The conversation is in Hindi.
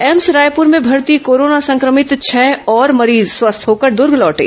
एम्स रायपूर में भर्ती कोरोना संक्रमित छह और मरीज स्वस्थ होकर दूर्ग लौटे